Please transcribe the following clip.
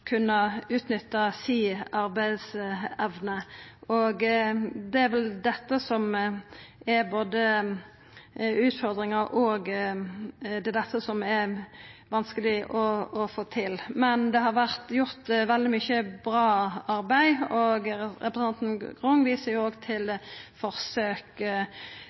si arbeidsevne. Det er vel dette som er utfordringa og vanskeleg å få til. Men det har vore gjort veldig mykje bra arbeid, og representanten Grung viser til forsøk